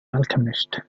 alchemist